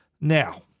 Now